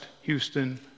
Houston